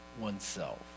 oneself